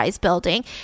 building